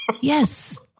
Yes